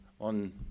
on